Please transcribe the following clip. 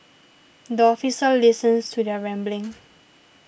the officer listens to their rambling